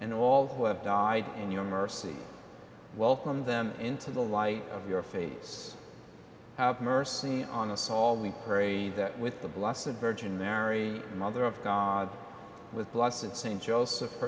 and all who have died in your mercy welcomed them into the light of your fates have mercy on us all we pray that with the blessing virgin mary the mother of god with loss and st joseph